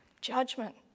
Judgment